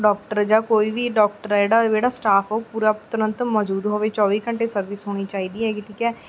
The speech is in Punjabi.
ਡਾਕਟਰ ਜਾਂ ਕੋਈ ਵੀ ਡਾਕਟਰ ਆ ਜਿਹੜਾ ਜਿਹੜਾ ਸਟਾਫ ਉਹ ਪੂਰਾ ਤੁਰੰਤ ਮੌਜੂਦ ਹੋਵੇ ਚੌਵੀ ਘੰਟੇ ਸਰਵਿਸ ਹੋਣੀ ਚਾਹੀਦੀ ਹੈਗੀ ਠੀਕ ਹੈ